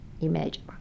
imagine